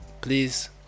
please